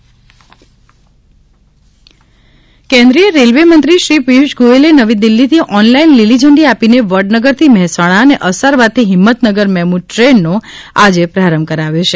MEMU ટ્રેનનો પ્રારંભ કેન્નિ ય રેલ્વે મંત્રી શ્રી પિયુષ ગોયલે નવી દિલ્ફીથી ઓનલાઇન લીલીઝંડી આપીને વડનગરથી મહેસાણા અને અસારવાથી હિંમતનગર મેમુ ટ્રેનનો આજે પ્રારંભ કરાવ્યો છે